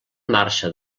marxa